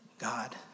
God